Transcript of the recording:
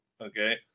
okay